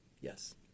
Yes